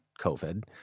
COVID